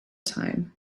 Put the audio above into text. time